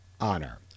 honor